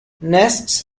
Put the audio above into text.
nests